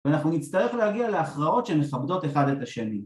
‫ואנחנו נצטרך להגיע להכרעות ‫שמכבדות אחד את השני.